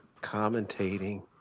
commentating